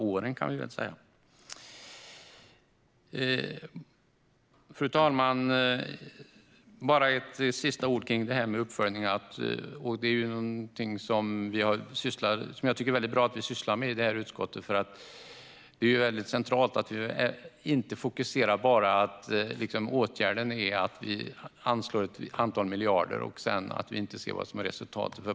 Jag vill säga ett sista ord om uppföljning och att det är väldigt bra att vi sysslar med detta i utskottet. Det är ju väldigt centralt att vi inte bara fokuserar på att anslå ett antal miljarder i en åtgärd och sedan inte ser vad som är resultatet.